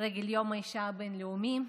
יום האישה הבין-לאומי,